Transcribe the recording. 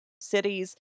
cities